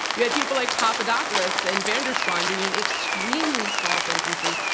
you had people like papadopoulos and van der zwaan doing extremely small sentences.